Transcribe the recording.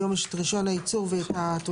היום יש את רישיון הייצור ותעודת